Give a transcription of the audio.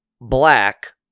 black